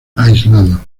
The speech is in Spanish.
aislado